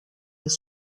his